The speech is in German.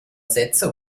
sätze